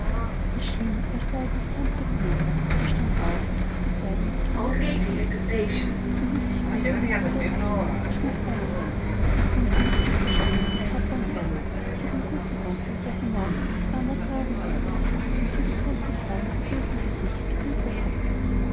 als sei er des kampfes müde er stand auf und trug die kleine in die kammer der köchin sie ließ sich gutwillig zu bett bringen und schlief bald ein nachdem sie mit süßer stimme für papa und mama für den guten onkel der sie morgen wieder zu mama tragen werde und für die große frau mit dem bösen gesichte gebetet hatte